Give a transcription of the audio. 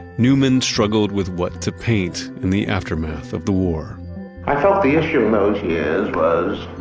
newman struggled with what to paint in the aftermath of the war i felt the issue in those years was